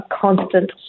constant